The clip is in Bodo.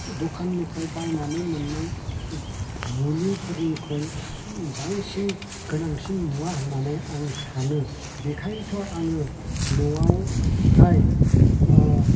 दखाननिफ्राय बायनानै मोननाय मुलिफोरनिख्रुइ बांसिन गोनांसिन मुवा होननानै आं सानो बेखायनोथ' आङो न'आवहाय